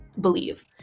believe